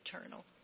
eternal